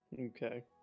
Okay